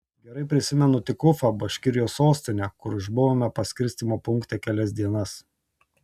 gerai prisimenu tik ufą baškirijos sostinę kur išbuvome paskirstymo punkte kelias dienas